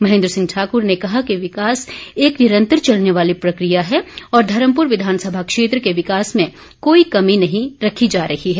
महेन्द्र सिंह ठाक्र ने कहा कि विकास एक निरंतर चलने वाली प्रक्रिया है और धर्मपुर विधानसभा क्षेत्र के विकास में कोई कमी नहीं रखी जा रही है